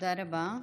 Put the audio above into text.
תודה רבה.